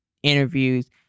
interviews